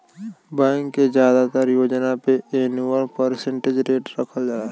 bank के जादातर योजना पे एनुअल परसेंटेज रेट रखल जाला